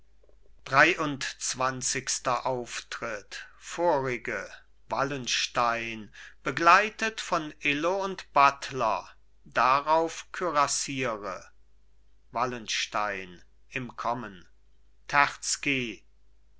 dreiundzwanzigster auftritt vorige wallenstein begleitet von illo und buttler darauf kürassiere wallenstein im kommen